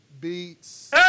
Beats